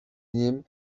nim